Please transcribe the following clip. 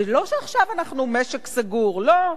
ולא שעכשיו אנחנו משק סגור, לא,